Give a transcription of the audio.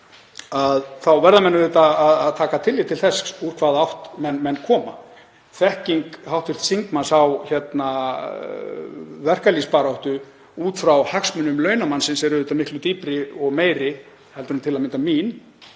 þá verða menn auðvitað að taka tillit til þess úr hvaða átt menn koma. Þekking hv. þingmanns á verkalýðsbaráttu út frá hagsmunum launamannsins er auðvitað miklu dýpri og meiri heldur en til að mynda mín.